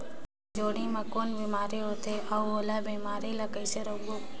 जोणी मा कौन बीमारी होथे अउ ओला बीमारी ला कइसे रोकबो?